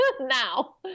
now